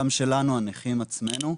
גם שלנו הנכים עצמנו,